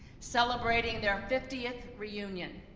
celebrating their fiftieth reunion.